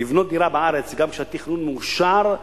לבנות דירה בארץ, גם כשהתכנון מאושר,